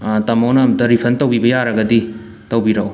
ꯇꯥꯃꯣꯅ ꯑꯝꯇ ꯔꯤꯐꯟ ꯇꯧꯕꯤꯕ ꯌꯥꯔꯒꯗꯤ ꯇꯧꯕꯤꯔꯛꯑꯣ